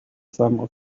some